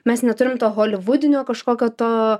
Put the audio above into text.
mes neturim to holivudinio kažkokio to